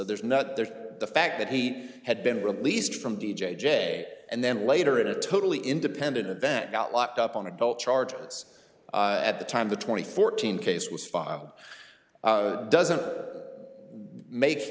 there's not there the fact that he had been released from d j and then later in a totally independent event got locked up on adult charts at the time the twenty fourteen case was filed doesn't make